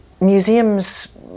museums